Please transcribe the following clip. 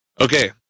Okay